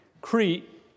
Crete